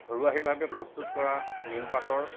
ঘৰুৱা আৰ্হিভাৱে প্ৰস্তুত কৰা নিমপাতৰ